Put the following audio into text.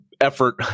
effort